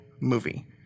movie